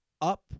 up